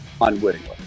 unwittingly